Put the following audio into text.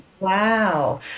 Wow